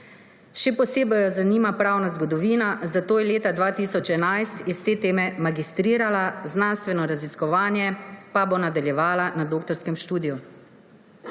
Še posebej jo zanima pravna zgodovina, zato je leta 2011 iz te teme magistrirala, znanstveno raziskovanje pa bo nadaljevala na doktorskem študiju.